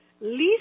Least